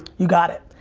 you got it.